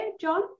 John